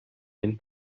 den